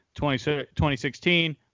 2016